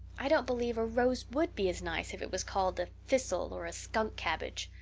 i don't believe a rose would be as nice if it was called a thistle or a skunk cabbage.